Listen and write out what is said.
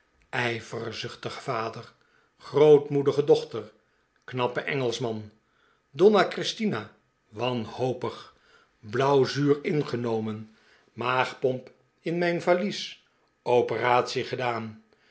ijverzuchtige vader grootmoedige dochter knappe engelschman donna christina wanhopig blauwzuur ingenomen maagpomp in mijn valies operatie gedaan